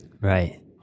Right